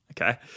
Okay